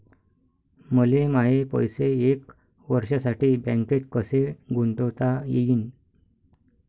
मले माये पैसे एक वर्षासाठी बँकेत कसे गुंतवता येईन?